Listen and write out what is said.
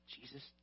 Jesus